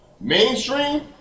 Mainstream